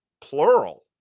plural